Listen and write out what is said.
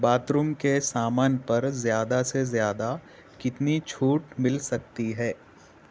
bath room کے سامان پر زیادہ سے زیادہ کتنی چھوٹ مل سکتی ہے